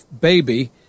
baby